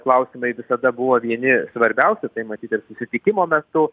klausimai visada buvo vieni svarbiausių tai matyt ir susitikimo metu